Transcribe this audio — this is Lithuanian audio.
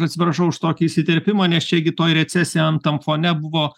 atsiprašau už tokį įsiterpimą nes čia gi toji recesija an tam fone buvo